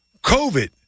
COVID